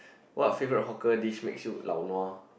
what favourite hawker dish makes you lao nua